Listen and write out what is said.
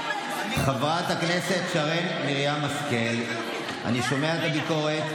חברת הכנסת שרן מרים השכל, אני שומע את הביקורת.